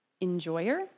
enjoyer